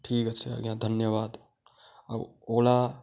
ଠିକ୍ ଅଛି ଆଜ୍ଞା ଧନ୍ୟବାଦ ଆଉ ଓଲା